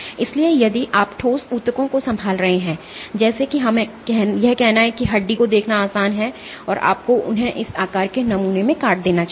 इसलिए यदि आप ठोस ऊतकों को संभाल रहे हैं जैसे कि हमें यह कहना है कि हड्डी को देखना आसान है तो आपको उन्हें इस आकार के नमूनों में काट देना चाहिए